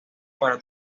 para